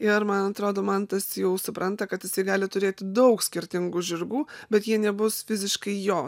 ir man atrodo mantas jau supranta kad jisai gali turėti daug skirtingų žirgų bet jie nebus fiziškai jo